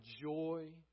joy